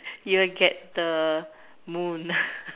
you will get the moon